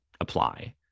apply